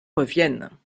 revienne